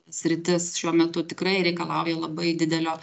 sritis šiuo metu tikrai reikalauja labai didelio